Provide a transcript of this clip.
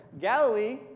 Galilee